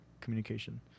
communication